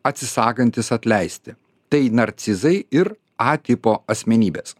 atsisakantys atleisti tai narcizai ir a tipo asmenybės